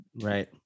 right